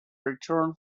return